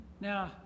Now